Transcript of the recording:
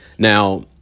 Now